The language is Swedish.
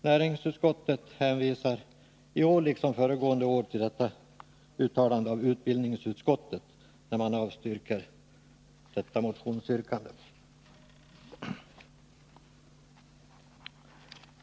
Näringsutskottet hänvisar i år liksom föregående år till utbildningsutskottets uttalande när man avstyrker detta motionsyrkande.